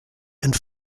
and